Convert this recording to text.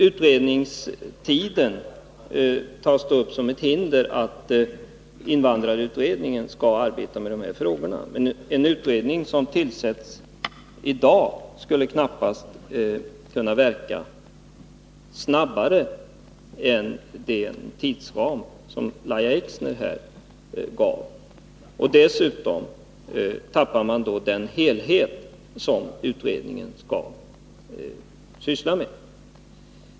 Utredningstiden tas upp som ett hinder för att invandrarutredningen skulle arbeta med de här frågorna. Men en utredning som tillsätts i dag skulle knappast kunna verka snabbare än inom den tidsram som Lahja Exner här angav. Dessutom tappar man då den helhet som utredningen skall syssla med.